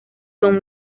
son